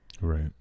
right